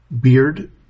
beard